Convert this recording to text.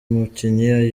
mukinnyi